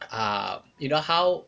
um you know how